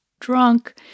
drunk